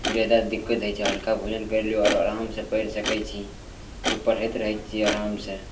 जादा दिक्कत दै छै हल्का भोजन करलहुँ आओर आरामसे पढ़ि सकै छी आओर पढ़ैत रहै छिए आरामसे